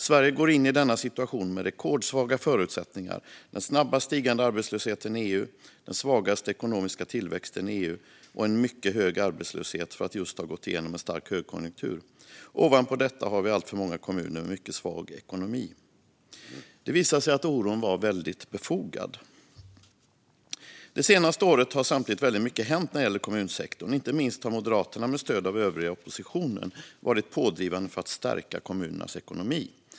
Sverige går in i denna situation med rekordsvaga förutsättningar: den snabbast stigande arbetslösheten i EU, den svagaste ekonomiska tillväxten i EU och en mycket hög arbetslöshet för att just ha gått igenom en stark högkonjunktur. Ovanpå detta har vi alltför många kommuner med mycket svag ekonomi." Det visade sig att oron var väldigt befogad. Det senaste året har samtidigt mycket hänt när det gäller kommunsektorn. Inte minst har Moderaterna, med stöd av den övriga oppositionen, varit pådrivande för att stärka kommunernas ekonomi.